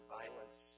violence